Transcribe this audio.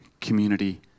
community